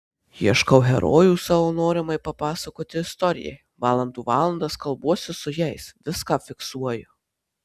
ieškau herojų savo norimai papasakoti istorijai valandų valandas kalbuosi su jais viską fiksuoju